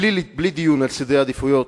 בלי דיון על סדרי עדיפויות,